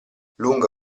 lunga